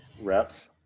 Reps